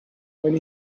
when